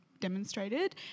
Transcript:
demonstrated